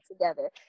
together